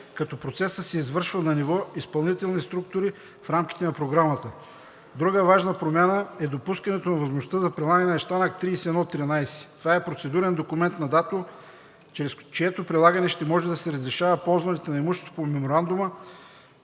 като процесът се извършва на ниво изпълнителни структури в рамките на Програмата. Друга важна промяна е допускането на възможността за прилагане на STANAG 3113. Това е процедурен документ на НАТО, чрез чието прилагане ще може да се разрешава ползване на имущество по Меморандума,